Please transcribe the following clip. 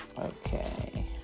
Okay